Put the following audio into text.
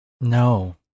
no